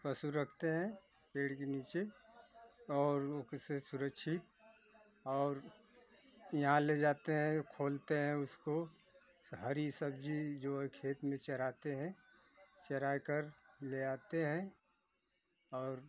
पशु रखते हैं पेड़ के नीचे और उसे सुरक्षित और यहाँ ले जाते हैं खोलते हैं उसको हरी सब्ज़ी जो है खेत में चराते हैं चरा कर ले आते हैं और